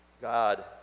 God